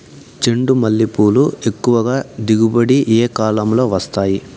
చెండుమల్లి పూలు ఎక్కువగా దిగుబడి ఏ కాలంలో వస్తాయి